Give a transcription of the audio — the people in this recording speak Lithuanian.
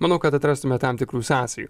manau kad atrastume tam tikrų sąsajų